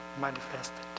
manifested